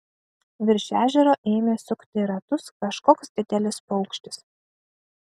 virš ežero ėmė sukti ratus kažkoks didelis paukštis